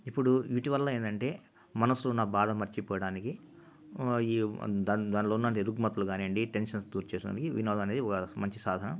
ఇప్పుడు వీటివల్ల ఏందంటే మనసులో ఉన్న బాధ మర్చిపోవడానికి దా దాంట్లో ఉన్న రుగ్మతులు గానీయండి టెన్షన్స్ తీర్చేడానికి వినోదాలు మంచి సాధన